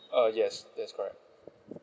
uh yes that's correct